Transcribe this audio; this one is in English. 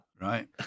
right